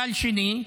גל שני.